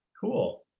Cool